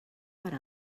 per